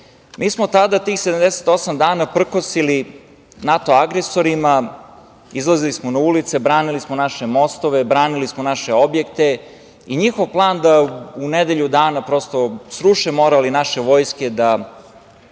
Mi smo tada tih 78 dana prkosili NATO agresorima. Izlazili smo na ulice, branili smo naše mostove, branili smo naše objekte i njihov plan da u nedelju dana prosto sruše moral naše vojske, da